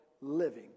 living